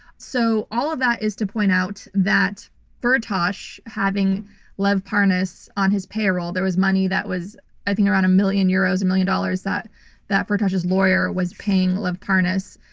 so, all of that is to point out that firtash having lev parnas on his payroll, there was money that was i think around a million euros, a million dollars that that firtash's lawyer was paying lev parnas.